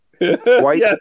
White